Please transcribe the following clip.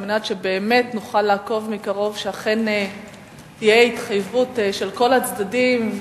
על מנת שבאמת נוכל לעקוב מקרוב שאכן תהיה התחייבות של כל הצדדים,